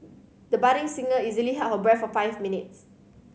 the budding singer easily held her breath for five minutes